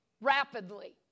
rapidly